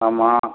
ஆமாம்